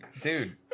dude